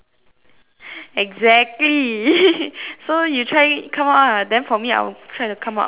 exactly so you try come up ah then for me I'll try to come up of something